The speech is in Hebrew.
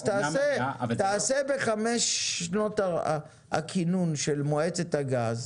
אז תעשה בחמש שנות הכינון של מועצת הגז